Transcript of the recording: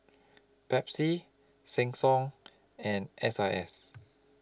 Pepsi Sheng Siong and S I S